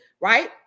right